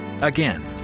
Again